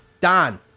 Don